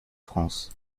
france